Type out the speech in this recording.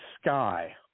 Sky